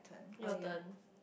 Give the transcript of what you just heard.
your turn